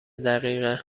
دقیقه